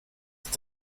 ist